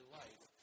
life